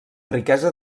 riquesa